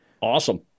Awesome